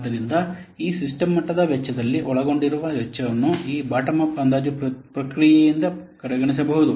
ಆದ್ದರಿಂದ ಈ ಸಿಸ್ಟಮ್ ಮಟ್ಟದ ವೆಚ್ಚದಲ್ಲಿ ಒಳಗೊಂಡಿರುವ ವೆಚ್ಚವನ್ನು ಈ ಬಾಟಮ್ ಅಪ್ ಅಂದಾಜು ಪ್ರಕ್ರಿಯೆಯಿಂದ ಕಡೆಗಣಿಸಬಹುದು